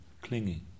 clinging